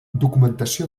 documentació